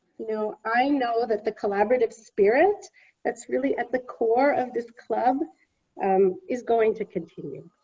you know i know that the collaborative spirit that's really at the core of this club um is going to continue.